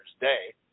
day